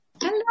Hello